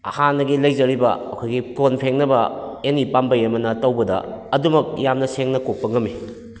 ꯍꯥꯟꯅꯒꯤ ꯂꯩꯖꯔꯤꯕ ꯑꯩꯈꯣꯏꯒꯤ ꯀꯣꯟ ꯐꯦꯡꯅꯕ ꯑꯦꯅꯤ ꯄꯥꯝꯕꯩ ꯑꯃꯅ ꯇꯧꯕꯗ ꯑꯗꯨꯝꯃꯛ ꯌꯥꯝꯅ ꯁꯦꯡꯅ ꯀꯣꯛꯄ ꯉꯝꯃꯤ